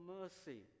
mercy